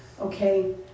Okay